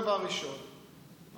דבר ראשון,